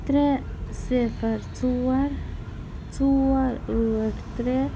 ترٛےٚ صِفر ژور ژور ٲٹھ ترٛےٚ